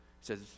says